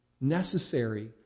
necessary